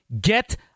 get